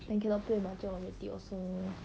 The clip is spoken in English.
then cannot play mahjong already also